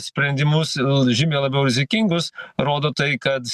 sprendimus žymiai labiau rizikingus rodo tai kad